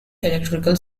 electrical